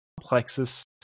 plexus